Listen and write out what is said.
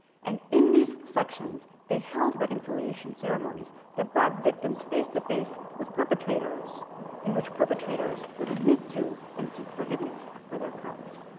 and in these sections, they held reconciliation ceremonies that brought victims face to face with perpetrators in which perpetrators would admit to and seek forgiveness for their crimes.